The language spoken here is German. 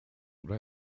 oder